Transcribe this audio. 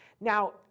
Now